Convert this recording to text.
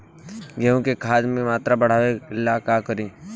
गेहूं में खाद के मात्रा बढ़ावेला का करी?